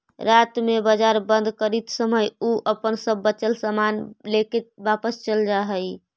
रात में बाजार बंद करित समय उ अपन सब बचल सामान लेके वापस चल जा हइ